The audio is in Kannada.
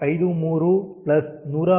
53107